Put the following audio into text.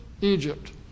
Egypt